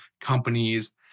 companies